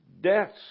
deaths